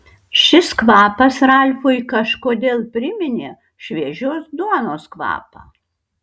šis kvapas ralfui kažkodėl priminė šviežios duonos kvapą